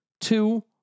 two